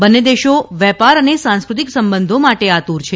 બંને દેશો વેપાર અને સાંસ્કૃતિક સંબંધો માટે આતુર છે